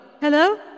Hello